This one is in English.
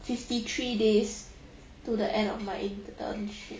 fifty three days to the end of my intern